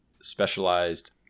specialized